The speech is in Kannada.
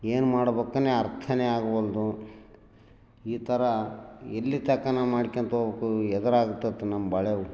ಏನ್ಮಾಡ್ಬೇಕನೆ ಅರ್ಥ ಆಗವಲ್ದು ಈ ಥರ ಎಲ್ಲಿತನಕ ನಾವು ಮಾಡ್ಕೊಂತ ಹೋಗ್ಬೇಕ್ ಎದುರಾಗ್ತತೆ ನಮ್ಮ ಬಾಳೆವು